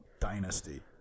dynasty